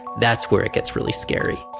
that's where it gets really scary.